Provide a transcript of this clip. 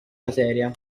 materia